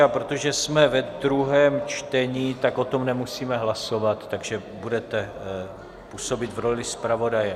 A protože jsme ve druhém čtení, tak o tom nemusíme hlasovat, takže budete působit v roli zpravodaje.